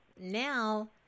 now